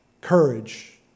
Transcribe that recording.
Courage